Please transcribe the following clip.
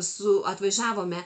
su atvažiavome